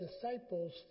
disciples